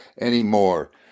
anymore